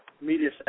media